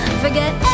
forget